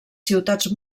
ciutats